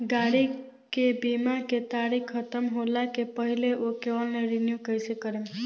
गाड़ी के बीमा के तारीक ख़तम होला के पहिले ओके ऑनलाइन रिन्यू कईसे करेम?